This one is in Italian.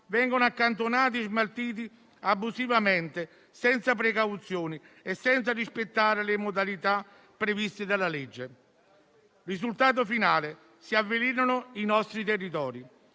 vengono accantonati e smaltiti abusivamente senza precauzioni e senza rispettare le modalità previste dalla legge. Il risultato finale è che si avvelenano i nostri territori.